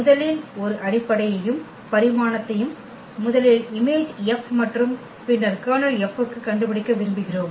முதலில் ஒரு அடிப்படையையும் பரிமாணத்தையும் முதலில் Im மற்றும் பின்னர் Kerக்கு கண்டுபிடிக்க விரும்புகிறோம்